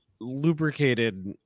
lubricated